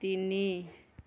তিনি